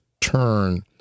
turn